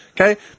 Okay